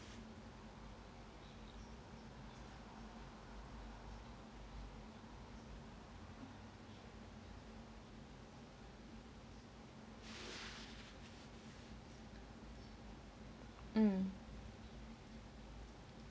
um